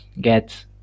get